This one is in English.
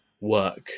work